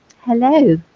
Hello